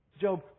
Job